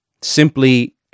Simply